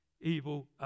evil